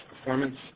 performance